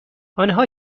آنها